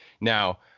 Now